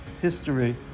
history